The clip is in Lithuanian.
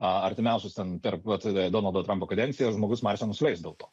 artimiausius ten per vat donaldo trampo kadenciją žmogus marse nusileis dėl to